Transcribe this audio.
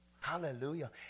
Hallelujah